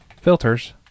filters